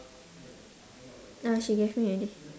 uh she gave me already